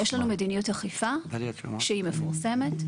יש לנו מדיניות אכיפה שהיא מפורסמת,